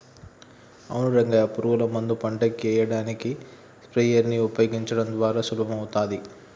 అవును రంగయ్య పురుగుల మందు పంటకు ఎయ్యడానికి స్ప్రయెర్స్ నీ ఉపయోగించడం ద్వారా సులభమవుతాది